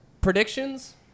Predictions